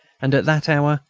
and, at that hour,